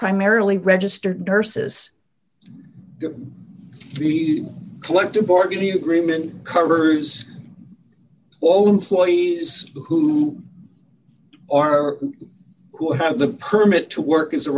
primarily registered nurses the collective bargaining agreement covers all employees who are or who have the permit to work as a